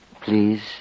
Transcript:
please